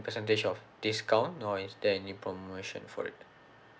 percentage of discount or is there any promotion for it